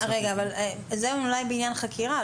את זה --- זה אולי בעניין חקירה,